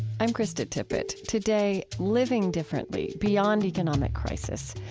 i'm krista tippett. today, living differently, beyond economic crisis,